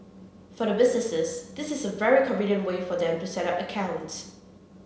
for the businesses this is a very convenient way for them to set up accounts